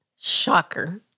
Shocker